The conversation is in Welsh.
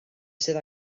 sydd